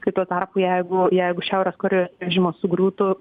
kai tuo tarpu jeigu jeigu šiaurės korėjos režimas sugriūtų